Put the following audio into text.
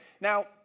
Now